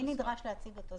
מי נדרש להציג אותו.